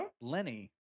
Lenny